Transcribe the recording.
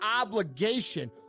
obligation